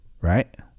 Right